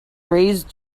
raised